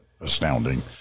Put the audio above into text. astounding